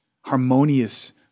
harmonious